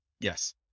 Yes